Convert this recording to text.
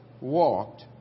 walked